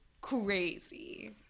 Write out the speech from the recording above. crazy